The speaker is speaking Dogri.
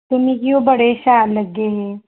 ते मिगी ओह् बड़े शैल लग्गे हे